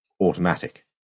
automatic